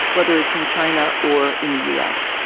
whether it's in china or in the u s.